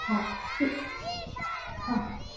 हा ठीकु हा